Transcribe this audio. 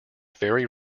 very